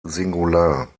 singular